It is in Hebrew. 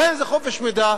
גם אם זה חופש מידע,